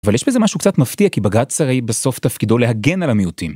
אבל יש בזה משהו קצת מפתיע כי בג"ץ הרי בסוף תפקידו להגן על המיעוטים.